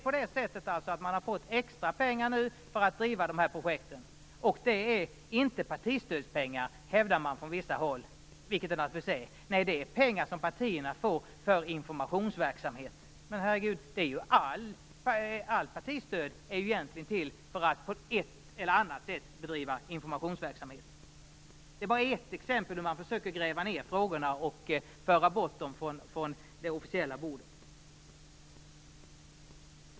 Man har alltså fått extra pengar för att driva projekten. Man hävdar från vissa håll att det inte är partistödspengar, vilket det naturligtvis är. Man säger att det är pengar som partierna får för informationsverksamhet. Men allt partistöd är ju egentligen till för att på ett eller annat sätt bedriva informationsverksamhet. Det är bara ett exempel på hur man försöker gräva ned frågorna och föra bort dem från det officiella bordet.